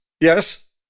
yes